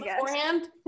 beforehand